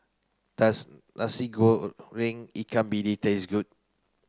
does Nasi Goreng Ikan Bili taste good